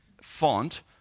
font